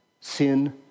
sin